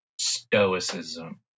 Stoicism